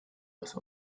was